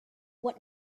what